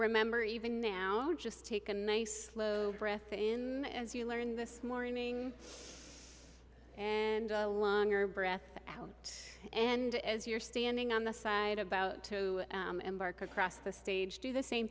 remember even now just take a nice slow breath in as you learn this morning and longer breath out and as you're standing on the side about to embark across the stage do the same